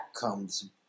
comes